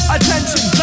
Attention